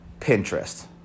Pinterest